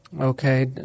Okay